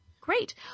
Great